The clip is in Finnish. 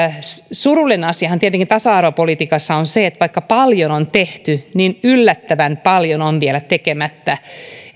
surullinen asiahan tasa arvopolitiikassa on tietenkin se että vaikka paljon on tehty niin yllättävän paljon on vielä tekemättä